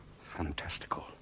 fantastical